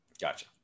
Gotcha